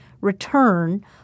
return